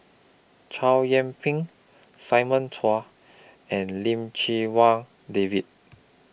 Chow Yian Ping Simon Chua and Lim Chee Wai David